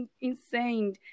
insane